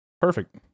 Perfect